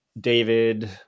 david